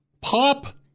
Pop-